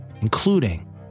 including